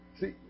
See